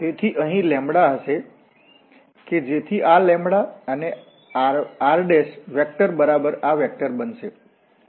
તેથી અહીં λ હશે કે જેથી આ λ અને r વેક્ટરબરાબર આ વેક્ટરબનશે